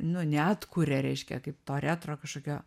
nu neatkuria reiškia kaip to retro kažkokio